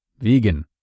vegan